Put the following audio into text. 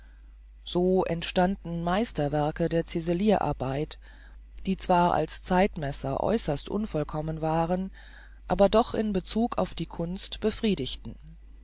so entstanden meisterwerke der ciselirarbeit die zwar als zeitmesser äußerst unvollkommen waren aber doch in bezug auf die kunst befriedigten